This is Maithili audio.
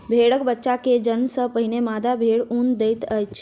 भेड़क बच्चा के जन्म सॅ पहिने मादा भेड़ ऊन दैत अछि